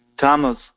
Thomas